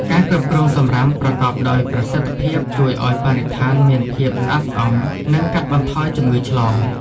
ការគ្រប់គ្រងសំរាមប្រកបដោយប្រសិទ្ធភាពជួយឱ្យបរិស្ថានមានភាពស្អាតស្អំ និងកាត់បន្ថយជំងឺឆ្លង។